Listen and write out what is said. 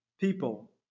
people